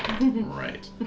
Right